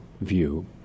view